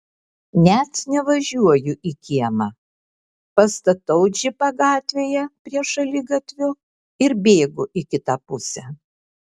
net nevažiuoju į kiemą pastatau džipą gatvėje prie šaligatvio ir bėgu į kitą pusę